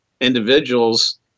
individuals